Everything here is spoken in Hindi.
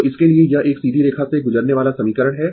तो इसके लिए यह एक सीधी रेखा से गुजरने वाला समीकरण है